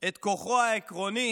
את כוחו העקרוני